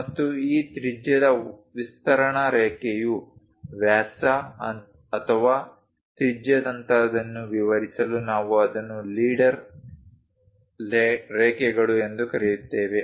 ಮತ್ತು ಈ ತ್ರಿಜ್ಯದ ವಿಸ್ತರಣಾ ರೇಖೆಯು ವ್ಯಾಸ ಅಥವಾ ತ್ರಿಜ್ಯದಂತಹದನ್ನು ವಿವರಿಸಲು ನಾವು ಅದನ್ನು ಲೀಡರ್ ರೇಖೆಗಳು ಎಂದು ಕರೆಯುತ್ತೇವೆ